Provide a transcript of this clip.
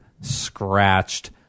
scratched